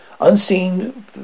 unseen